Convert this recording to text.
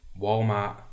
Walmart